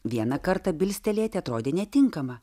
vieną kartą bilstelėti atrodė netinkama